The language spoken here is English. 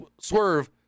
Swerve